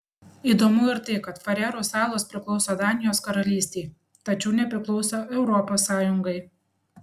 įdomu ir tai kad farerų salos priklauso danijos karalystei tačiau nepriklauso europos sąjungai